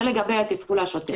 זה לגבי התפעול השוטף.